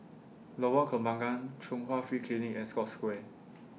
Lorong Kembagan Chung Hwa Free Clinic and Scotts Square